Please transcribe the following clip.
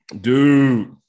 Dude